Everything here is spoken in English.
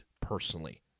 personally